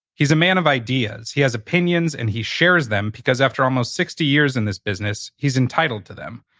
he's a man of ideas. he has opinions and he shares them, because after almost sixty years in this business, he's entitled to them.